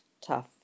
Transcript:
tough